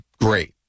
great